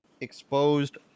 exposed